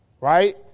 right